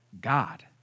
God